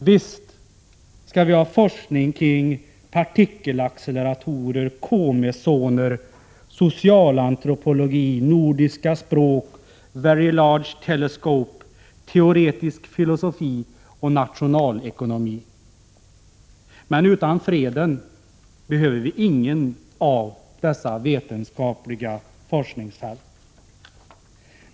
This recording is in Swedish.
Visst skall vi ha forskning kring partikelacceleratorer, k-mesoner, socialantropologi, nordiska språk, very large telescopes, teoretisk filosofi och nationalekonomi. Men utan freden behöver vi inget av dessa vetenskapliga forskningsfält.